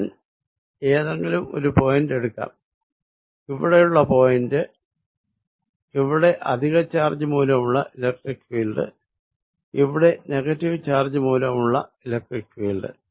ഞാൻ ഏതെങ്കിലും ഒരു പോയിന്റ് എടുക്കാം ഇവിടെയുള്ള പോയിന്റ് ഇവിടെ അധികചാർജ് മൂലമുള്ള ഇലക്ട്രിക്ക് ഫീൽഡ് ഇവിടെ നെഗറ്റീവ് ചാർജ് മൂലമുള്ള ഇലക്ട്രിക്ക് ഫീൽഡ്